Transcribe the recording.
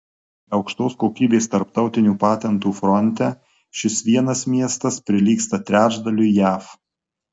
aukštos kokybės tarptautinių patentų fronte šis vienas miestas prilygsta trečdaliui jav